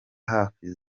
hafi